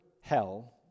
hell